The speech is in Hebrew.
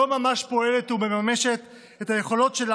לא ממש פועלת ומממשת את היכולות שלה